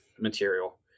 material